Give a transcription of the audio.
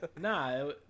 Nah